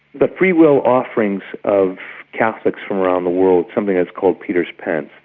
the freewill offerings of catholics from around the world, something that's called peter's pence,